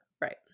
Right